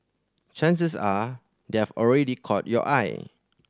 chances are they have already caught your eye